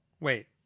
wait